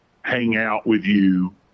hang-out-with-you